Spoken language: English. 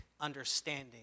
understanding